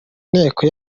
nteko